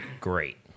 great